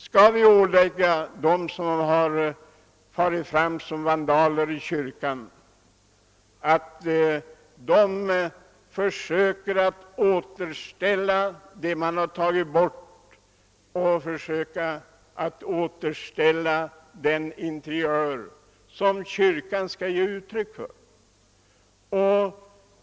Skall vi ålägga dem som här har farit fram som vandaler att återställa kyrkans interiör som den tidigare var?